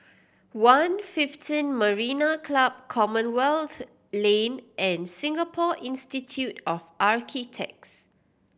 One Fifteen Marina Club Commonwealth Lane and Singapore Institute of Architects